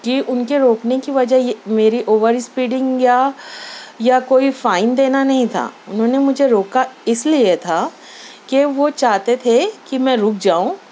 کہ اُن کے روکنے کی وجہ یہ میری اوور اسپیڈنگ یا یا کوئی فائن دینا نہیں تھا اُنہوں نے مجھے روکا اِس لئے تھا کہ وہ چاہتے تھے کہ میں رُک جاؤں